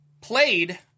Played